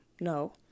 No